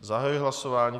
Zahajuji hlasování.